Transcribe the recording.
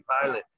Pilot